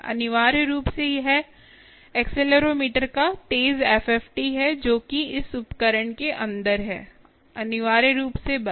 अनिवार्य रूप से यह एक्सेलेरोमीटर का तेज एफएफटी है जो कि इस उपकरण के अंदर है अनिवार्य रूप से बस